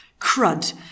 crud